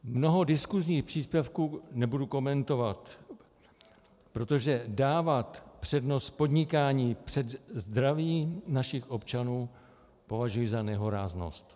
Mnoho diskusních příspěvků nebudu komentovat, protože dávat přednost podnikání před zdravím našich občanů považuji za nehoráznost.